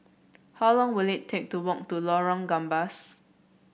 how long will it take to walk to Lorong Gambas